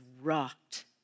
rocked